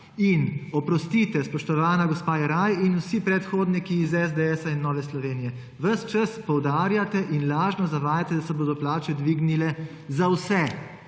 Oprostite, spoštovana gospa Jeraj in vsi predhodniki iz SDS in Nove Slovenije, ves čas poudarjate in lažno zavajate, da se bodo plače dvignile za vse.